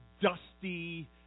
dusty